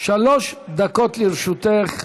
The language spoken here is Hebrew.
שלוש דקות לרשותך.